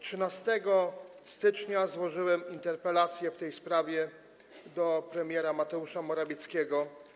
13 stycznia złożyłem interpelację w tej sprawie do premiera Mateusza Morawieckiego.